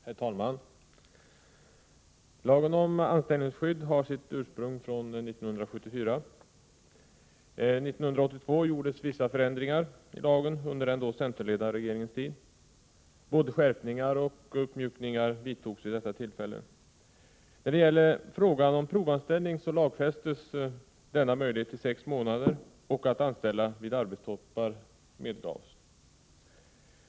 Herr talman! Lagen om anställningsskydd har sitt ursprung från 1974. Under den centerledda regeringens tid gjordes år 1982 vissa förändringar i lagen. Både skärpningar och uppmjukningar vidtogs vid detta tillfälle.